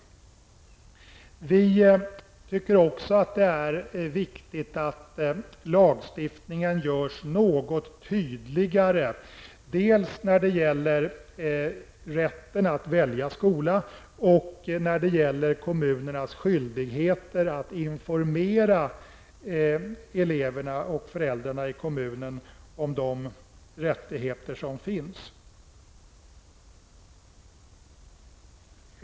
Det är också viktigt att lagstiftningen görs något tydligare dels när det gäller rätten att välja skola, dels när det gäller kommunernas skyldigheter att informera eleverna och föräldrarna i kommunen om de rättigheter som finns.